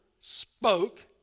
spoke